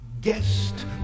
guest